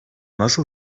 nasıl